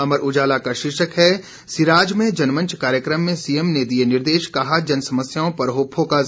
अमर उजाला का शीर्षक है सिराज में जनमंच कार्यक्रम में सीएम ने दिये निर्देश कहा जनसमस्याओं पर हो फोकस